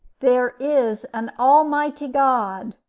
there is an almighty god.